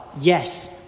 yes